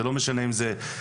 זה לא משנה עם זה ערבים,